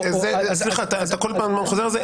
אתה כל פעם חוזר על זה.